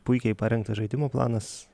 puikiai parengtas žaidimo planas